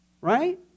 Right